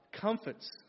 comforts